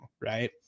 right